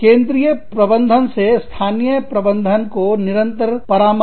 केंद्रीय प्रबंधन से स्थानीय प्रबंधन को निरंतर परामर्श